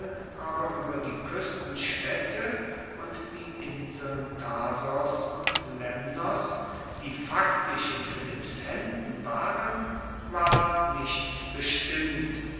aber ueber die kuestenstaedte und die inseln thasos und lemnos die faktisch in philipps haenden waren ward nichts bestimmt